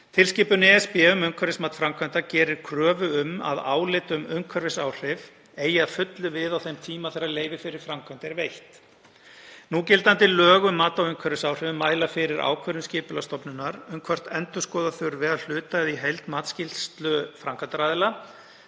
Tilskipun ESB um umhverfismat framkvæmda gerir kröfu um að álit um umhverfisáhrif eigi að fullu við á þeim tíma þegar leyfi fyrir framkvæmd er veitt. Núgildandi lög um mat á umhverfisáhrifum mæla fyrir ákvörðun Skipulagsstofnunar um hvort endurskoða þurfi að hluta eða í heild matsskýrslu framkvæmdaraðila